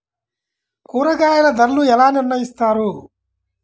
కూరగాయల ధరలు ఎలా నిర్ణయిస్తారు?